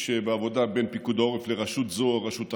בעבודה בין פיקוד העורף לרשות זו או רשות אחרת,